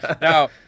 Now